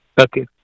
Okay